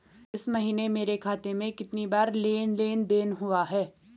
इस महीने मेरे खाते में कितनी बार लेन लेन देन हुआ है?